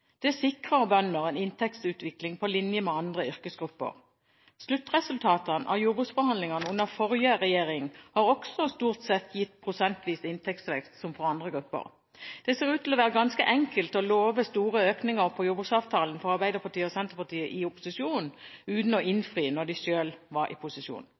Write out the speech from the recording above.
Det sikrer bønder en inntektsutvikling på linje med andre yrkesgrupper. Sluttresultatene av jordbruksforhandlingene under forrige regjering har også stort sett gitt prosentvis inntektsvekst som for andre grupper. Det ser ut til å være ganske enkelt for Arbeiderpartiet og Senterpartiet å love store økninger i jordbruksavtalen når de er i opposisjon, uten at de innfridde da de selv var i posisjon.